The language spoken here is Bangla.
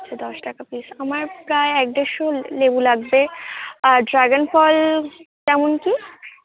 দশ টাকা পিস আমার প্রায় এক দেড়শো লেবু লাগবে ড্রাগন ফল কেমন কি